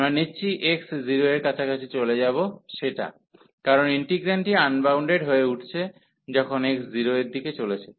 আমরা নিচ্ছি x 0 এর কাছাকাছি চলে যাব সেটা কারণ ইন্টিগ্রান্ডটি আনবাউন্ডেড হয়ে উঠছে যখন x 0 এর দিকে চলেছে